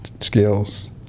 skills